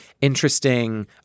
interesting